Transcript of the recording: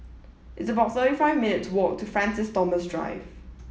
it's about thirty five minute to walk to Francis Thomas Drive